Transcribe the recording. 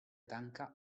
tanca